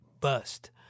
bust